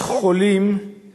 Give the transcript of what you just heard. בחולים